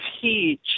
teach